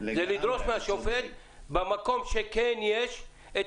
צריך לדרוש מהשופט במקום שכן יש את